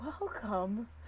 welcome